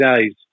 days